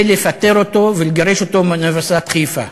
לפטר אותו ולגרש אותו מאוניברסיטת חיפה.